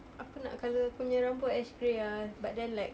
aku nak colour aku punya rambut ash grey ah but then like